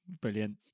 Brilliant